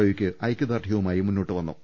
ഒക്ക് ഐക്യ ദാർഢ്യവുമായി മുന്നോട്ടുവന്നു